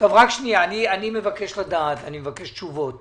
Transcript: אני מבקש תשובות